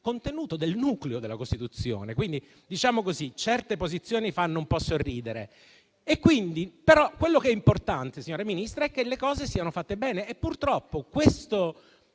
contenuto, del nucleo della Costituzione. Quindi, diciamo che certe posizioni fanno un po' sorridere. Ciò che però è importante, signora Ministra, è che le cose siano fatte bene e purtroppo questo